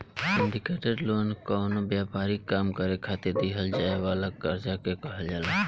syndicated loan कवनो व्यापारिक काम करे खातिर दीहल जाए वाला कर्जा के कहल जाला